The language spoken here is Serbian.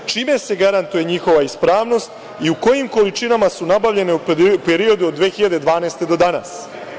Čime se garantuje njihova ispravnost i u kojim količinama su nabavljene u periodu od 2012. godine do danas?